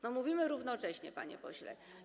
No, mówimy równocześnie, panie pośle.